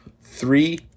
three